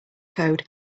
code